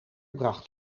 bracht